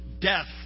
death